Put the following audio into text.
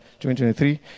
2023